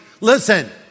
Listen